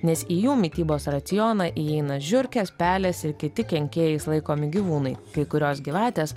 nes į jų mitybos racioną įeina žiurkės pelės ir kiti kenkėjais laikomi gyvūnai kai kurios gyvatės